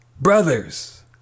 brothers